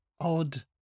odd